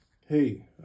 hey